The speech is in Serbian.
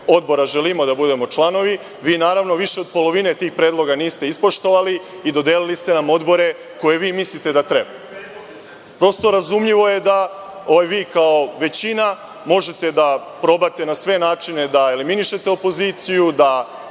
odbora želimo da budemo članovi, vi naravno više od polovine tih predloga niste ispoštovali i dodeli ste nam odbore koje vi mislite da treba. Razumljivo je da vi kao većina možete da probate na sve načine da eliminišete opoziciju, da